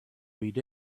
read